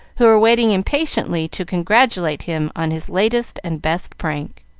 who were waiting impatiently to congratulate him on his latest and best prank.